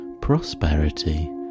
prosperity